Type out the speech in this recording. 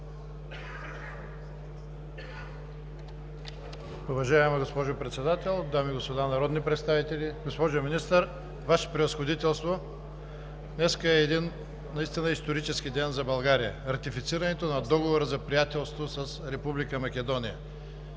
Уважаема госпожо Председател, дами и господа народни представители, госпожо Министър, Ваше превъзходителство! Днес е един исторически ден за България – ратифицирането на Договора за приятелство с Република Македония.